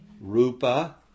Rupa